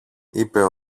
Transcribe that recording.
είπε